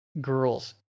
girls